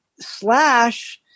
Slash